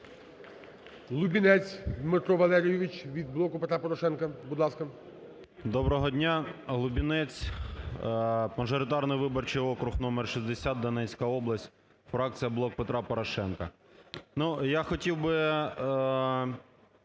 Доброго дня. Лубінець, мажоритарний виборчий округ номер 60, Донецька область, фракція "Блок Петра Порошенка". Ну, я хотів би